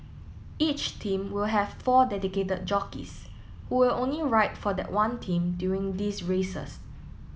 each team will have four dedicated jockeys who will only ride for that one team during these races